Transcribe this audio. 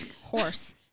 Horse